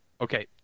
Okay